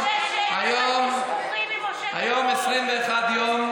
היום 21 יום,